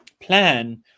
plan